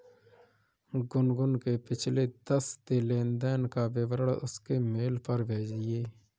गुनगुन के पिछले दस लेनदेन का विवरण उसके मेल पर भेजिये